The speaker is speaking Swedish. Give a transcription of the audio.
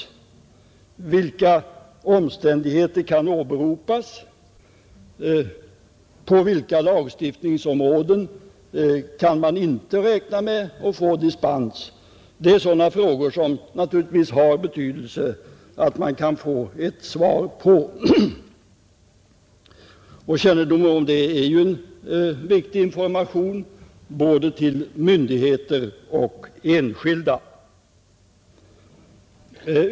Vilka omständigheter kan åberopas? På vilka lagstiftningsområden kan man inte räkna med att få dispens? Det är sådana frågor som det naturligtvis har betydelse att man kan få svar på. Att sprida kännedom om det är en viktig information både till myndigheter och till enskilda.